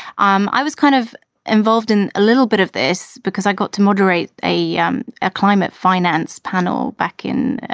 um i was kind of involved in a little bit of this because i got to moderate a um a climate finance panel back in.